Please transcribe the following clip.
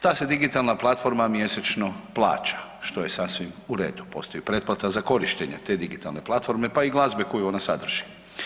Ta se digitalna platforma mjesečno plaća što je sasvim u redu, postoji pretplata za korištenje te digitalne platforme pa i glazbe koju ona sadrži.